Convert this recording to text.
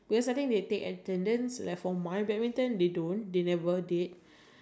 actually the first one it was I did wanted to take badminton